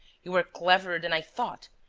you are cleverer than i thought!